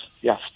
Yes